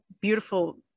beautiful